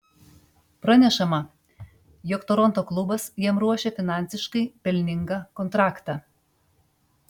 pranešama jog toronto klubas jam ruošia finansiškai pelningą kontraktą